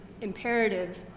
imperative